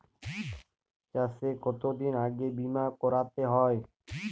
চাষে কতদিন আগে বিমা করাতে হয়?